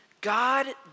God